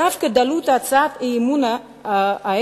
דווקא דלות הצעות האי-אמון האלה